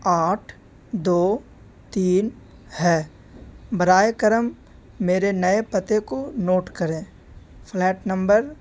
آٹھ دو تین ہے براہ کرم میرے نئے پتے کو نوٹ کریں فلیٹ نمبر